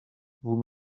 vous